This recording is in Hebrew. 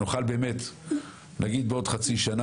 שנוכל באמת לומר בעוד חצי שנה